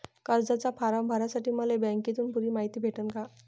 कर्जाचा फारम भरासाठी मले बँकेतून पुरी मायती भेटन का?